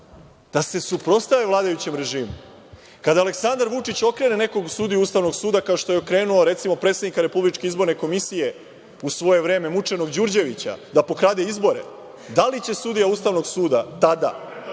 Da se suprotstave vladajućem režimu! Kada Aleksandar Vučić okrene nekog sudiju Ustavnog suda, kao što je okrenuo, recimo, predsednika RIK-a u svoje vreme, mučenog Đurđevića, da pokrade izbore, da li će sudija Ustavnog suda tada